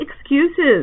excuses